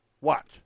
Watch